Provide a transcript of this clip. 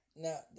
Now